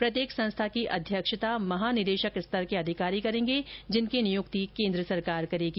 प्रत्येक संस्था की अध्यक्षता महानिदेशक स्तर के अधिकारी करेंगे जिनकी नियुक्ति केन्द्र सरकार करेंगी